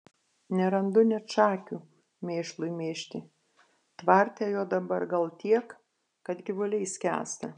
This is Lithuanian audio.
nerandu net šakių mėšlui mėžti tvarte jo dabar gal tiek kad gyvuliai skęsta